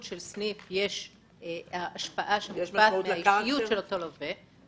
של סניף השפעה לאישיות של אותו לווה,